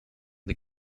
des